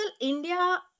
India